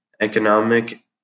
economic